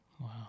Wow